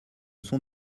sont